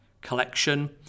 collection